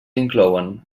inclouen